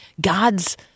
God's